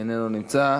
איננו נמצא.